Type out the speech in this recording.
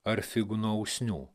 ar figų nuo usnių